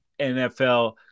NFL